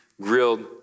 grilled